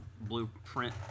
blueprint